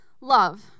love